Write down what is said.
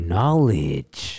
Knowledge